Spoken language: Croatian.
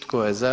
Tko je za?